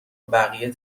بقیه